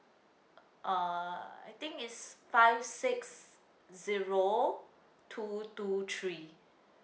uh I think it's five six zero two two three